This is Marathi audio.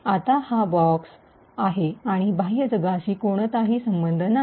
आता हा एक बॉक्स आहे आणि बाह्य जगाशी कोणताही संबंध नाही